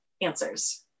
answers